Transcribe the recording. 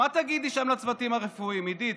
מה תגידי שם לצוותים הרפואיים, עידית,